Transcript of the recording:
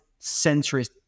centrist